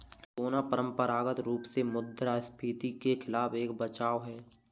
सोना परंपरागत रूप से मुद्रास्फीति के खिलाफ एक बचाव है